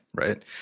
right